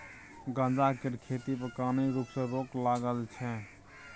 गांजा केर खेती पर कानुनी रुप सँ रोक लागल छै